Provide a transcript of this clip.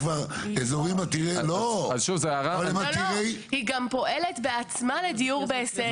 זה כבר אזורים עתירי --- היא גם פועלת בעצמה לדיור בהישג.